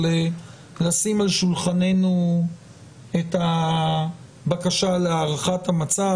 של לשים על שולחננו את הבקשה להארכת המצב.